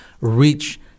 reach